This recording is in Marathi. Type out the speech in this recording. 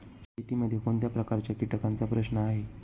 शेतीमध्ये कोणत्या प्रकारच्या कीटकांचा प्रश्न आहे?